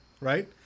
right